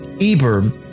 Eber